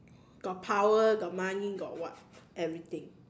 got power got money got what everything